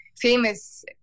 famous